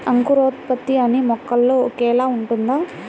అంకురోత్పత్తి అన్నీ మొక్కల్లో ఒకేలా ఉంటుందా?